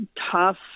tough